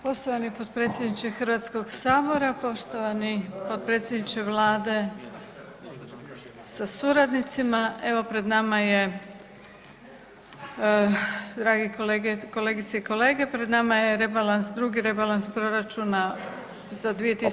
Poštovani potpredsjedniče Hrvatskog sabora, poštovani potpredsjedniče Vlade sa suradnicima evo pred nama je dragi kolegice i kolege pred nama je rebalans, drugi rebalans proračuna za 2020.